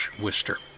Wister